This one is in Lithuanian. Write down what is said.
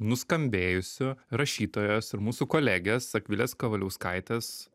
nuskambėjusiu rašytojos ir mūsų kolegės akvilės kavaliauskaitės